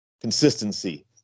Consistency